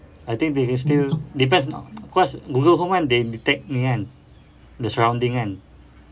I think this is still depends cause google home kan they detect ni kan the surrounding kan